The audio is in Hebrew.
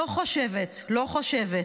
לא חושבת, לא חושבת